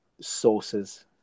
sources